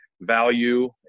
value